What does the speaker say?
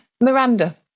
Miranda